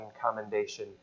commendation